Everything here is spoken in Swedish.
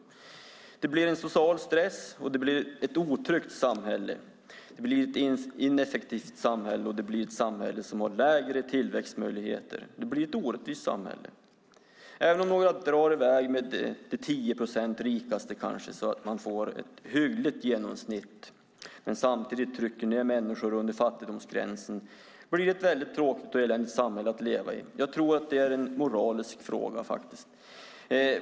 Det blir en social stress, och det blir ett otryggt och ineffektivt samhälle med lägre tillväxtmöjligheter. Det blir ett orättvist samhälle. Om de 10 procent som är rikast drar i väg, så att man får ett hyggligt genomsnitt, men man samtidigt trycker ned människor under fattigdomsgränsen, blir det ett tråkigt och eländigt samhälle att leva i. Det är en moralisk fråga.